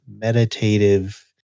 meditative